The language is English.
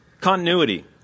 continuity